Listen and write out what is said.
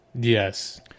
Yes